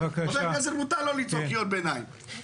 לחבר כנסת מותר לקרוא קריאות ביניים.